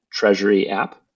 treasuryapp